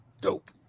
dope